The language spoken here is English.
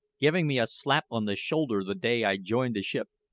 giving me a slap on the shoulder the day i joined the ship,